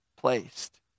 placed